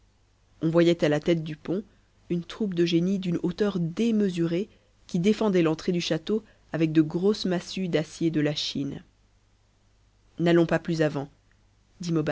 on voyait à ta tête du pont une troupe de génies d'une hauteur démesurée qui défëndaienu'entfée du château avec de grosses massues d'acier de la chine n'allons pas plus avant